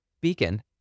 Beacon